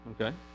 Okay